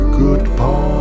goodbye